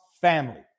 family